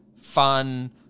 fun